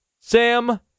Sam